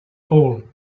all